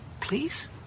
please